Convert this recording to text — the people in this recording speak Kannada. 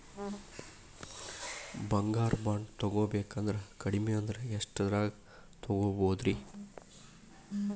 ಬಂಗಾರ ಬಾಂಡ್ ತೊಗೋಬೇಕಂದ್ರ ಕಡಮಿ ಅಂದ್ರ ಎಷ್ಟರದ್ ತೊಗೊಬೋದ್ರಿ?